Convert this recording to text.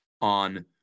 on